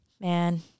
Man